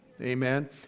Amen